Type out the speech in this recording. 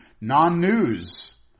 Non-news